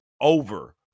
over